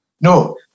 No